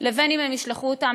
מחלוקות,